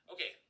Okay